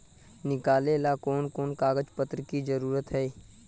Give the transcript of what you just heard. निकाले ला कोन कोन कागज पत्र की जरूरत है?